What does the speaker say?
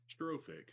Strophic